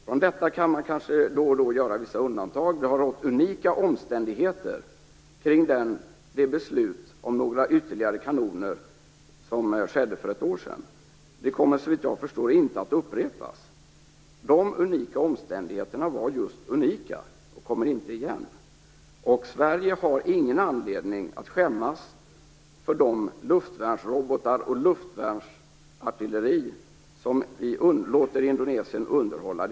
Från detta kan man kanske då och då göra vissa undantag. Det rådde unika omständigheter kring det beslut om några ytterligare kanoner som fattades för ett år sedan. Det kommer, såvitt jag förstår, inte att upprepas. De omständigheterna var just unika och kommer inte igen. Sverige har ingen anledning att skämmas för de luftvärnsrobotar och luftvärnsartilleri som vi låter Indonesien underhålla.